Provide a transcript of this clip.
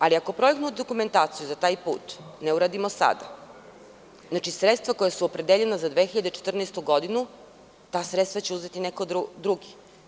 Ali, ako projektnu dokumentaciju za taj put ne uradimo sada, sredstva koja su opredeljena za 2014. godinu, ta sredstva će uzeti neko drugi.